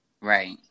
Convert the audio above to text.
Right